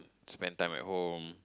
spent time at home